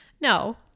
No